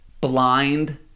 blind